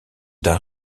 d’un